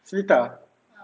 seletar